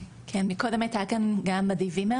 קודם הייתה כאן גם עדי וימר,